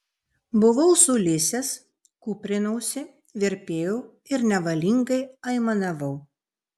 buvau sulysęs kūprinausi virpėjau ir nevalingai aimanavau